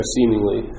Seemingly